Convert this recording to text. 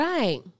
Right